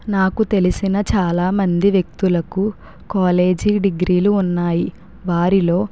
నాకు తెలిసిన చాలా మంది వ్యక్తులకు కాలేజీ డిగ్రీలు ఉన్నాయి వారిలో